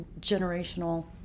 generational